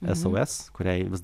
sos kuriai vis